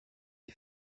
les